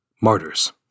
Martyrs